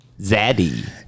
Zaddy